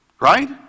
Right